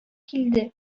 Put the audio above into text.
килде